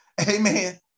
Amen